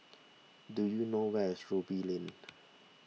do you know where is Ruby Lane